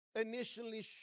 initially